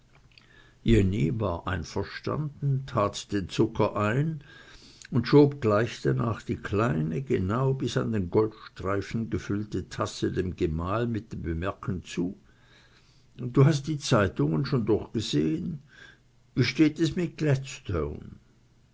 jenny war einverstanden tat den zucker ein und schob gleich danach die kleine genau bis an den goldstreifen gefüllte tasse dem gemahl mit dem bemerken zu du hast die zeitungen schon durchgesehen wie steht es mit